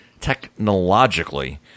technologically